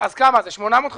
היה מאי.